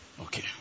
Okay